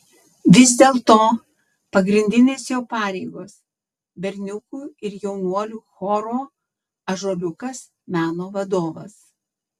vis dėlto pagrindinės jo pareigos berniukų ir jaunuolių choro ąžuoliukas meno vadovas